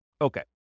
Okay